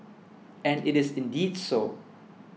and it is indeed so